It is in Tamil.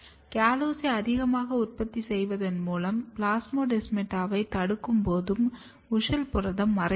கலோஸை அதிகமாக உற்பத்தி செய்வதன் மூலம் பிளாஸ்மோடெஸ்மாட்டாவைத் தடுக்கும்போது WUSCHEL புரதம் மறைந்துவிடும்